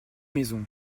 maisons